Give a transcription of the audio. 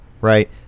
right